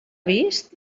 vist